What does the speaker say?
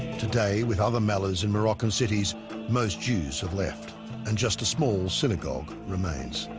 today with other mallards in moroccan cities most jews have left and just a small synagogue remains